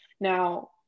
Now